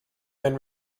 been